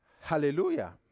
Hallelujah